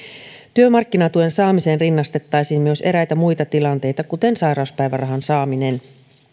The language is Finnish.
työmarkkinatuen saamiseen rinnastettaisiin myös eräitä muita tilanteita kuten sairauspäivärahan saaminen